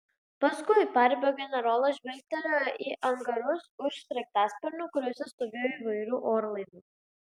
paskui paribio generolas žvilgtelėjo į angarus už sraigtasparnių kuriuose stovėjo įvairių orlaivių